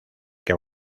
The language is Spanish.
que